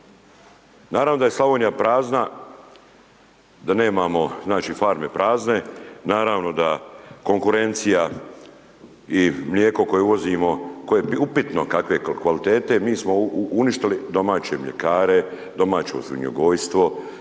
naravno da je Slavonija prazna, da nemamo znači farme prazne, naravno da konkurencija i mlijeko koje uvozimo, koje je upitno kakve kvalitete mi smo uništili domaće mljekare, domaće svinjogojstvo,